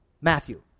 Matthew